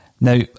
Now